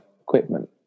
equipment